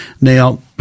Now